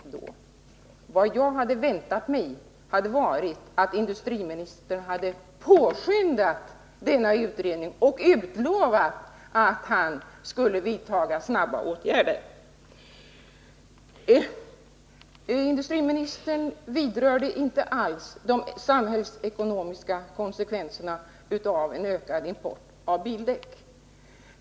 Jag hade i stället väntat mig att industriministern skulle ha påskyndat denna utredning och utlovat att han skulle vidta snabba åtgärder. Industriministern vidrörde inte alls de samhällsekonomiska konsekvenserna av en ökad import av bildäck.